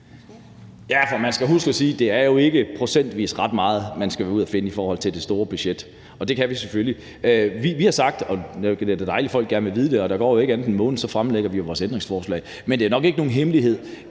Ja, for man skal huske at sige, at det jo procentvis ikke er ret meget, der skal findes, i det store budget, og det kan vi selvfølgelig. Det er dejligt, at folk gerne vil vide det, og der går jo ikke andet end en måned, før vi stiller vores ændringsforslag. Men det er nok ikke nogen hemmelighed,